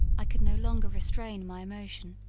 i could no longer restrain my emotion,